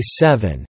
seven